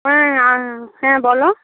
হ্যাঁ আ হ্যাঁ বলো